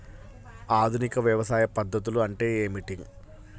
ఆధునిక వ్యవసాయ పద్ధతులు ఏమిటి?